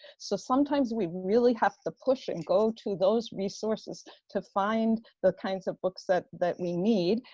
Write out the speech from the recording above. so sometimes we really have to push and go to those resources to find the kinds of books that that we need,